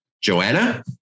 Joanna